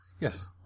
Yes